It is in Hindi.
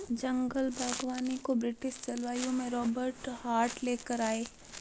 जंगल बागवानी को ब्रिटिश जलवायु में रोबर्ट हार्ट ले कर आये